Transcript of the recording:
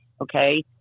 okay